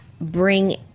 bring